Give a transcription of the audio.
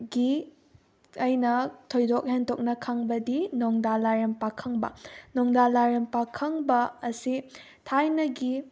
ꯒꯤ ꯑꯩꯅ ꯊꯣꯏꯗꯣꯛ ꯍꯦꯟꯗꯣꯛꯅ ꯈꯪꯕꯗꯤ ꯅꯣꯡꯗꯥ ꯂꯥꯏꯔꯦꯅ ꯄꯥꯈꯪꯕ ꯅꯣꯡꯗꯥ ꯂꯥꯏꯔꯦꯅ ꯄꯥꯈꯪꯕ ꯑꯁꯤ ꯊꯥꯏꯅꯒꯤ